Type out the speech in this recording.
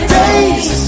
days